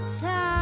time